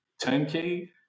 turnkey